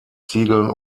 ziegeln